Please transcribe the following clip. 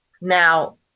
Now